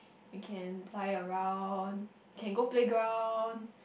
you can lie around can go playground